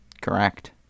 Correct